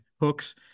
hooks